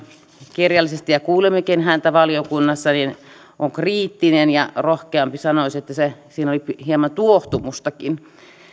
kirjallisesti ja kuulimmekin häntä valiokunnassa on kriittinen ja rohkeampi sanoisi että siinä oli hieman tuohtumustakin